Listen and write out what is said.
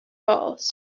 boss